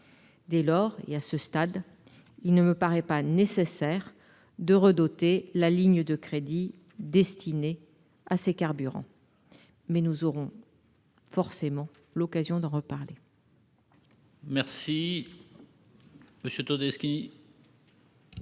Dès lors, et à ce stade, il ne me paraît pas nécessaire d'augmenter la ligne de crédits destinée à ces carburants. Mais nous aurons nécessairement l'occasion de reparler